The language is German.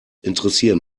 interessieren